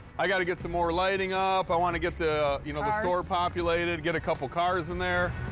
i've got to get some more lighting up. i want to get the. cars. you know, the store populated, get a couple cars in there.